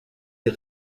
des